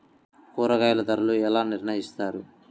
కూరగాయల ధరలు ఎలా నిర్ణయిస్తారు?